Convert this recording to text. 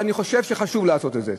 ואני חושב שחשוב לעשות את זה.